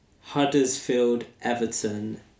Huddersfield-Everton